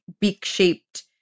beak-shaped